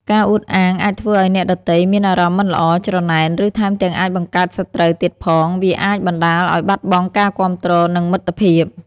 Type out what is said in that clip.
ការអួតអាងអាចធ្វើឱ្យអ្នកដទៃមានអារម្មណ៍មិនល្អ ច្រណែន ឬថែមទាំងអាចបង្កើតសត្រូវទៀតផង។ វាអាចបណ្តាលឱ្យបាត់បង់ការគាំទ្រ និងមិត្តភាព។